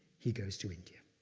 he goes to india.